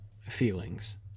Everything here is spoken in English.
feelings